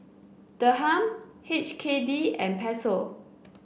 Dirham H K D and Peso